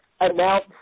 announce